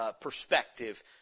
perspective